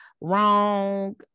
wrong